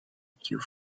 cure